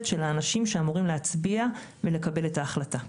של האנשים אמורים להצביע ולקבל את ההחלטה.